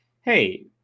hey